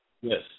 Yes